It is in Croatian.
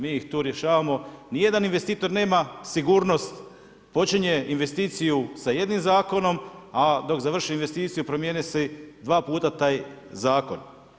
Mi ih tu rješavamo, ni jedan investitor nema sigurnost, počinje investiciju sa jednim zakonom, a dok završi investiciju promijeni se 2 puta taj zakon.